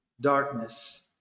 darkness